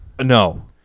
No